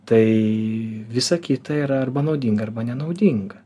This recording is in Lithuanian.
tai visa kita yra arba naudinga arba nenaudinga